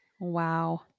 Wow